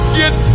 get